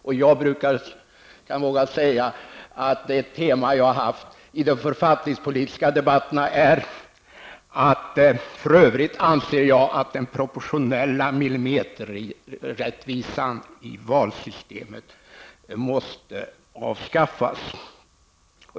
Ett tema som jag själv har haft i de författningspolitiska debatterna är: För övrigt anser jag att den proportionella millimeterrättvisan i valsystemet måste avskaffas.